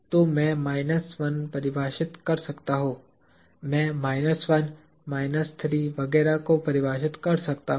तो मैं माइनस 1 परिभाषित कर सकता हूं मैं माइनस 2 माइनस 3 वगैरह को परिभाषित कर सकता हूं